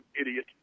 idiot